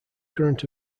current